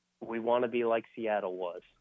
we-want-to-be-like-Seattle-was